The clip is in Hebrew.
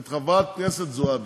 את חברת הכנסת זועבי.